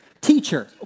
Teacher